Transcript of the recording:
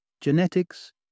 Genetics